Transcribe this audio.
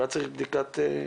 תודה.